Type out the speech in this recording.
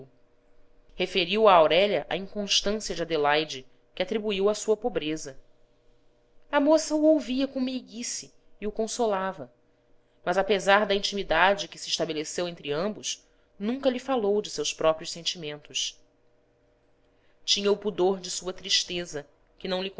a aurélia a inconstância de adelaide que atribuiu à sua pobreza a moça o ouvia com meiguice e o consolava mas apesar da intimidade que se estabeleceu entre ambos nunca lhe falou de seus próprios sentimentos tinha o pudor de sua tristeza que não lhe